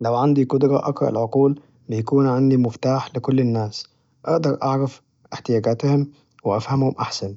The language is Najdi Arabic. لو عندي قدرة أقرأ العقول! بيكون عندي مفتاح لكل الناس أقدر أعرف احتياجاتهم وأفهمهم أحسن،